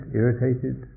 irritated